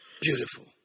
Beautiful